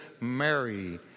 Mary